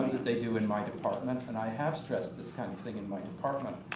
they do in my department and i have stressed this kind of thing in my department.